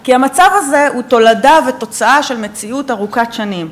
כי המצב הזה הוא תולדה ותוצאה של מציאות ארוכת שנים,